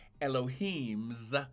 Elohim's